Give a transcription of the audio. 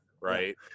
Right